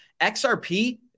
XRP